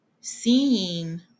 seeing